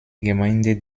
gemeinde